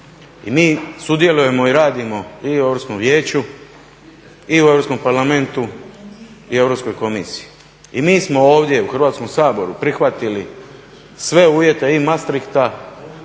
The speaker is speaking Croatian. I mi sudjelujemo i radimo i u Europskom vijeću, i u Europskom parlamentu i Europskoj komisiji i mi smo ovdje u Hrvatskom saboru prihvatili sve uvjete i Maastrichta